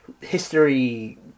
history